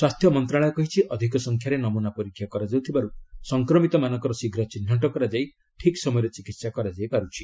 ସ୍ୱାସ୍ଥ୍ୟ ମନ୍ତଶାଳୟ କହିଛି ଅଧିକ ସଂଖ୍ୟାରେ ନମ୍ମନା ପରୀକ୍ଷା କରାଯାଉଥିବାରୁ ସଂକ୍ରମିତମାନଙ୍କର ଶୀଘ୍ର ଚିହ୍ନଟ କରାଯାଇ ଠିକ୍ ସମୟରେ ଚିକିତ୍ସା କରାଯାଇ ପାରୁଛି